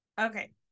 Okay